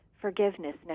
forgiveness